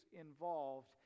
involved